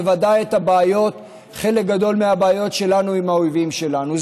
בוודאי חלק מהבעיות שלנו עם האויבים שלנו,